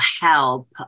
help